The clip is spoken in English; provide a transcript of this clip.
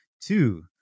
two